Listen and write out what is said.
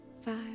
Five